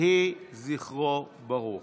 יהי זכרו ברוך.